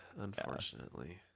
unfortunately